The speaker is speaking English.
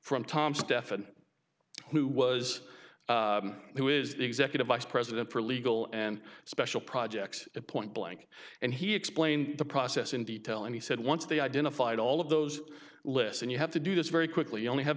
from tom stephens who was who is the executive vice president for legal and special projects at point blank and he explained the process in detail and he said once they identified all of those lists and you have to do this very quickly you only have